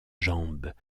jambes